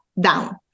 down